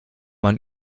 man